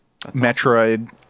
Metroid